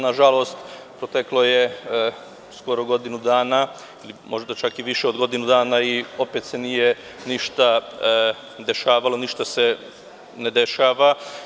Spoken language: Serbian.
Nažalost, proteklo je skoro godinu dana, ili možda čak i više od godinu dana i opet se nije ništa dešavalo, ništa se ne dešava.